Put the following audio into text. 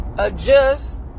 adjust